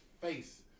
face